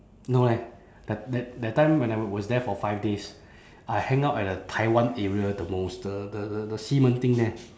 no leh that that that time when I was there for five days I hang out at the taiwan area the most the the the the 西门町 there